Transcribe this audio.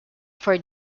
for